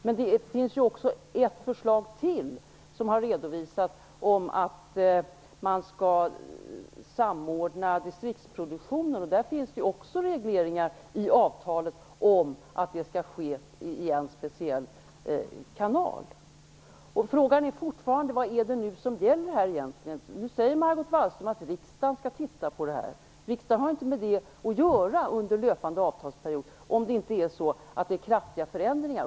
Men det har också redovisats ytterligare ett förslag, om att distriktsproduktionen skall samordnas, medan det är i avtalet reglerat att den skall ske i en speciell kanal. Frågan är fortfarande vad som egentligen gäller här. Margot Wallström säger nu att riksdagen skall studera detta. Riksdagen har inte med detta att göra under löpande avtalsperiod, om det inte sker kraftiga förändringar.